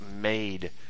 made